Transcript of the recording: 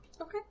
Okay